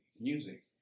music